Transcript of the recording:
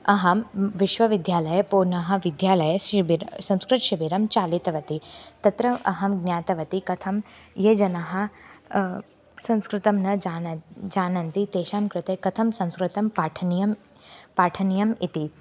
अहं विश्वविद्यालये पुनः विद्यालये शिबिरं संस्कृतशिबिरं चालितवती तत्र अहं ज्ञातवती कथं ये जनाः संस्कृतं न जानाति जानन्ति तेषां कृते कथं संस्कृतं पाठनीयं पाठनीयम् इति